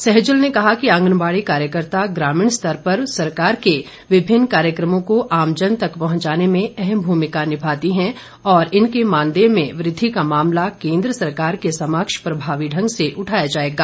सहजल ने कहा कि आंगनबाड़ी कार्यकर्ता ग्रामीण स्तर पर सरकार के विभिन्न कार्यक्रमों को आमजन तक पहुंचाने में अहम भूमिका निभाती है और इनके मानदेय में वृद्वि का मामला केंद्र सरकार के समक्ष प्रभावी ढंग से उठाया जाएगा